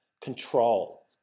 control